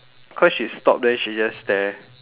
cause she stop then she just stare